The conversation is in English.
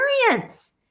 experience